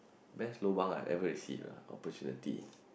best lobang I ever received ah opportunity